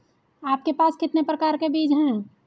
आपके पास कितने प्रकार के बीज हैं?